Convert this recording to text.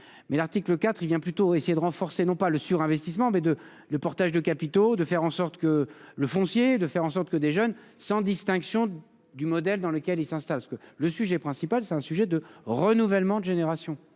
mais l'article 4 il vient plutôt essayer de renforcer non pas le surinvestissement mais de le portage de capitaux, de faire en sorte que le foncier de faire en sorte que des jeunes sans distinction du modèle dans lequel il s'installe à ce que le sujet principal c'est un sujet de renouvellement de générations